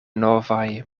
novaj